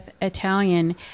Italian